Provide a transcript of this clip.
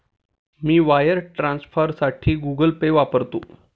मी wire ट्रान्सफरसाठी Google Pay वापरते